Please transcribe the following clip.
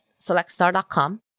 SelectStar.com